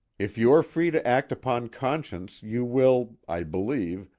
if you are free to act upon conscience you will, i believe,